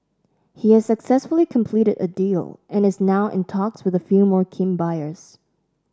he has successfully completed a deal and is now in talks with a few more keen buyers